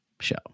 show